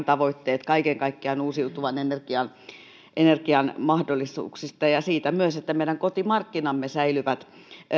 tavoitteet kaiken kaikkiaan uusiutuvan energian energian mahdollisuuksista ja ja se myös että meidän kotimarkkinamme säilyvät